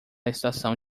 estação